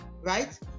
right